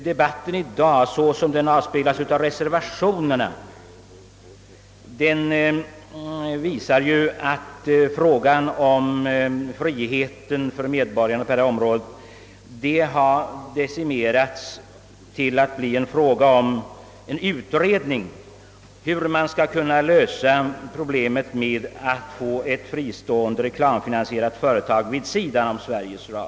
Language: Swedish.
Debatten i dag, så som den av reservationerna tycks gestalta sig, torde visa att frågan om friheten för medborgarna på detta område har decimerats till att bli en fråga om en utredning hur man skall kunna lösa problemet att få ett fristående reklamfinansierat företag vid sidan av Sveriges Radio.